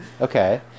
okay